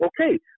Okay